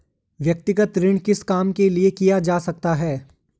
व्यक्तिगत ऋण किस काम के लिए किया जा सकता है?